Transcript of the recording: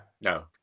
No